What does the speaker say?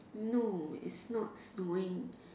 no it's not snowing